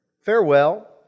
farewell